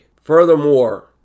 Furthermore